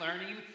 learning